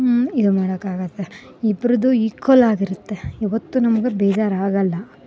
ಇದು ಮಾಡಕ್ಕಾಗತ್ತೆ ಇಬ್ರುದು ಈಕ್ವಲ್ ಆಗಿರುತ್ತೆ ಯಾವತ್ತು ನಮಗೂ ಬೇಜರಾಗಲ್ಲ